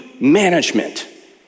management